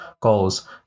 goals